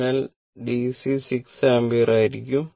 അതിനാൽ DC 6 ampere ആയിരിക്കും